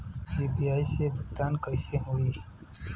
UPI से भुगतान कइसे होहीं?